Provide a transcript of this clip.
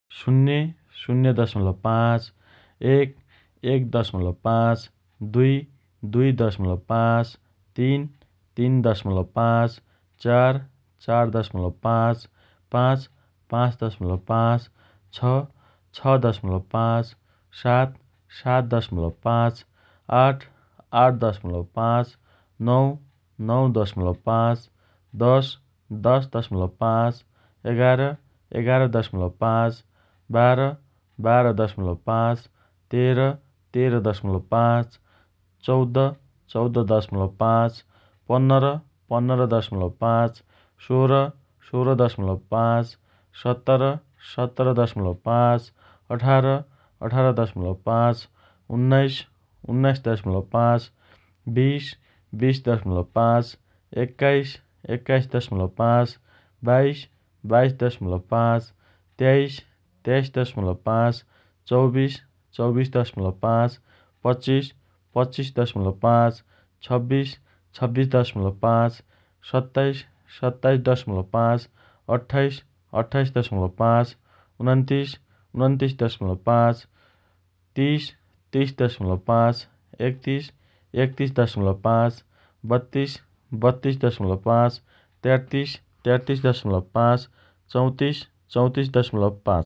शून्य, शुन्य दशमलब पाँच, एक, एक दशमलब पाँच, दुई, दुइ दशमलब पाँच, तीन, तीन दशमलब पाँच, चार, चार दशमलब पाँच, पाँच, पाँच दशमलब पाँच, छ, छ दशमलब पाँच, सात, सात दशमलब पाँच, आठ, आठ दशमलब पाँच, नौ, नौ दशमलब पाँच, दस, दस दशमलब पाँच, एघार, एघार दशमलब पाँच, बाह्र, बाह्र दशमलब पाँच, तेह्र, तेह्र दशमलब पाँच, चौध, चौध दशमलब पाँच, पन्ध्र, पन्ध्र दशमलब पाँच, सोह्र, सोह्र दशमलब पाँच, सत्र, सत्र दशमलब पाँच, अठार, अठार दशमलब पाँच, उन्नाइस, उन्नाइस दशमलब पाँच, बिस, बिस दशमलब पाँच, एक्काइस, एक्काइस दशमलब पाँच, बाइस, बाइस दशमलब पाँच, तेइस, तेइस दशमलब पाँच, चौबिस, चौबिस दशमलब पाँच, पच्चिस, पच्चिस दशमलब पाँच, छब्बिस, छब्बिस दशमलब पाँच, सत्ताइस, सत्ताइस दशमलब पाँच, अट्ठाइस, अट्ठाइस दशमलब पाँच, उनन्तिस, उनन्तिस दशमलब पाँच, तिस, तिस दशमलब पाँच, एकतिस, एकतिस दशमलब पाँच, बत्तिस, बत्तिस दशमलब पाँच, तेत्तिस, तेत्तिस दशमलब पाँच, चौतिस, चौतिस दशमलब